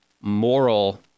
moral